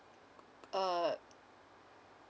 uh